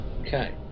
Okay